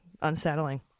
unsettling